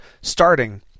starting